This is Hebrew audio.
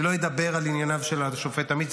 אני לא אדבר על ענייניו של השופט עמית.